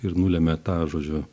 ir nulemia tą žodžiu